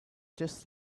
just